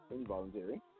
Involuntary